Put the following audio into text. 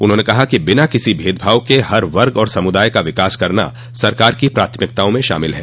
उन्होंने कहा कि बिना किसी भेदभाव के हर वर्ग और समूदाय का विकास करना सरकार की प्राथमिकताओं में शामिल है